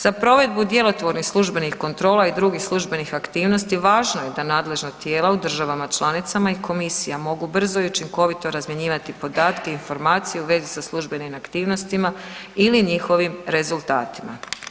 Za provedbu djelotvornih službenih kontrola i drugih službenih aktivnosti važno je da nadležna tijela u državama članicama i komisija mogu brzo i učinkovito razmjenjivati podatke i informacije u vezi sa službenim aktivnostima ili njihovim rezultatima.